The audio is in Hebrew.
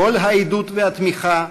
קול העידוד והתמיכה,